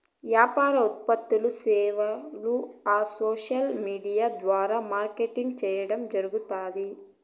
యాపార ఉత్పత్తులూ, సేవలూ ఆ సోసల్ విూడియా ద్వారా మార్కెటింగ్ చేయడం జరగుతాంది